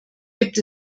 gibt